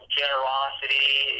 generosity